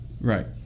Right